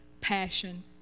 passion